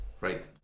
right